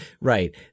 Right